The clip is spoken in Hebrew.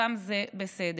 גם זה בסדר.